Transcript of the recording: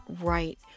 right